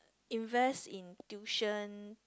invest in tuition